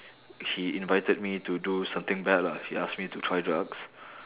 he invited me to do something bad lah he ask me to try drugs